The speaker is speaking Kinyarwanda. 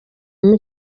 muri